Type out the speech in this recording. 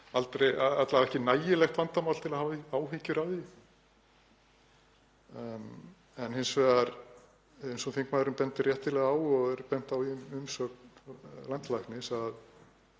vega ekki nægilegt vandamál til að hafa áhyggjur af því. Hins vegar, eins og þingmaðurinn bendir réttilega á, og er bent á í umsögn landlæknis,